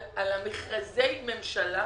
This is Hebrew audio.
על מכרזי הממשלה,